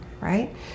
right